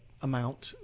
amount